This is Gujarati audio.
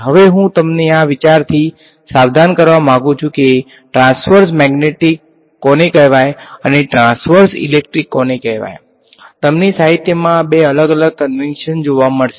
હવે હું તમને આ વિચારથી સાવધાન કરવા માંગુ છું કે ટ્રાંસવર્સ મેગ્નેટિક કોને કહેવાય અને ટ્રાન્સવર્સ ઇલેક્ટ્રિક કોને કહેવાય તમને સાહિત્યમાં બે અલગ અલગ કંવેંશન જોવા મળશે